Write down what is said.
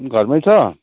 तिमी घरमा छ